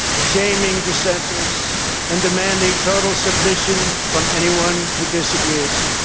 shaming dissenters and demanding total submission from anyone who disagrees.